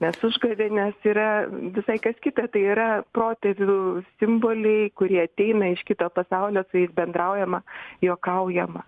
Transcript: nes užgavėnės yra visai kas kita tai yra protėvių simboliai kurie ateina iš kito pasaulio su jais bendraujama juokaujama